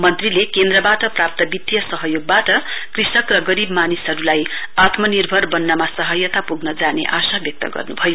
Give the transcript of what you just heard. मन्त्रीले केन्द्रीवाट प्राप्त वित्तीय सहयोगवाट कृषक र गरीव मानिसहरुलाई आत्मानिर्भर वन्नमा सहयाता पुग्न जाने आशा व्यक्त गर्नुभयो